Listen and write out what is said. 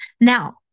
Now